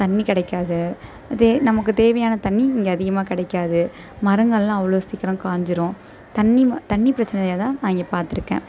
தண்ணி கிடைக்காது இதே நமக்குத் தேவையான தண்ணி இங்கே அதிகமாக கிடைக்காது மரங்களெலாம் அவ்வளோ சீக்கிரம் காஞ்சிடும் தண்ணி ம தண்ணி பிரச்சினையை தான் நான் இங்கே பார்த்துருக்கேன்